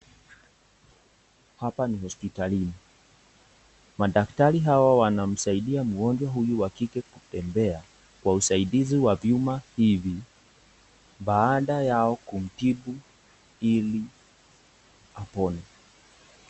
Hapa ni Hospitalini, madaktari hawa wanamsaidia mgojwa huyu wa kike kutembea kwa usaidizi wa vyuma hivi, baada yao kumtibu ili apone.